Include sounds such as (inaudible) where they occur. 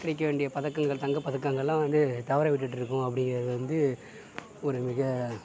கிடைக்க வேண்டிய பதக்கங்கள் தங்க பதக்கங்களெலாம் வந்து தவர விட்டுகிட்டு இருக்கோம் அப்படிங்கிறது வந்து ஒரு (unintelligible)